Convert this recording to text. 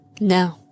No